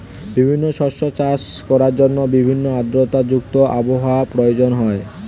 বিভিন্ন শস্য চাষ করার জন্য ভিন্ন আর্দ্রতা যুক্ত আবহাওয়ার প্রয়োজন হয়